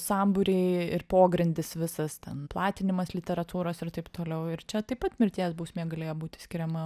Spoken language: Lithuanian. sambūriai ir pogrindis visas ten platinimas literatūros ir taip toliau ir čia taip pat mirties bausmė galėjo būti skiriama